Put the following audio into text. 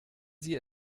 sie